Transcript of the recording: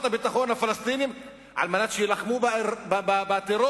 הביטחון הפלסטיניים על מנת שיילחמו בטרור,